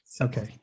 Okay